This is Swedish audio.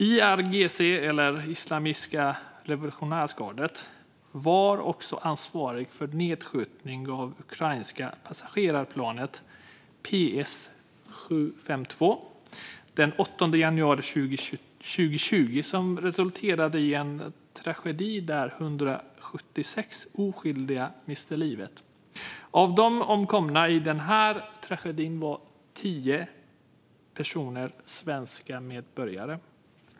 IRGC eller Islamiska revolutionsgardet var också ansvarigt för nedskjutningen av det ukrainska passagerarplanet PS752 den 8 januari 2020, vilket resulterade i en tragedi där 176 oskyldiga miste livet. Av de omkomna i denna tragedi var tio personer svenska medborgare.